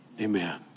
Amen